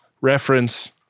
reference